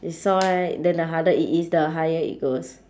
you saw right then the harder it is the higher it goes